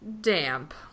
damp